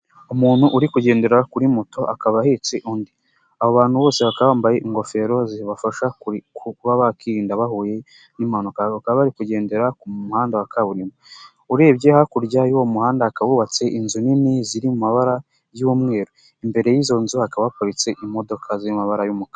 Umuntu uri kugendera kuri moto akaba ahetse undi, aba bantu bose bakaba bambaye ingofero zibafasha kuba bakirinda bahuye n'impanuka, bakaba bari kugendera ku muhanda wa kaburimbo. Urebye hakurya y'uwo muhanda hakaba hubatse inzu nini ziri mu mabara y'umweru, imbere y'izo nzu hakaba haparitse imodoka z'amabara y'umukara.